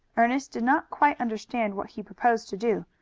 ernest did not quite understand what he proposed to do,